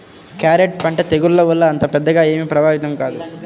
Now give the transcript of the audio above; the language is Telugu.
క్యారెట్ పంట తెగుళ్ల వల్ల అంత పెద్దగా ఏమీ ప్రభావితం కాదు